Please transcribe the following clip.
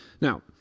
Now